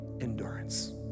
endurance